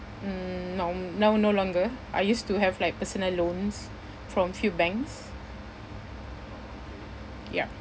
mm now now no longer I used to have like personal loans from a few banks yup